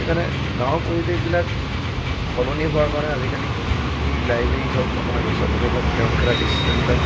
সেইকাৰণে গাঁৱৰ পৰিৱেশবিলাক সলনি হোৱাৰ কাৰণে আজিকালি এই লাইব্ৰেৰীত হওক আপোনাৰ গছৰ তলত হওক কেৰম খেলা দৃশ্যবিলাক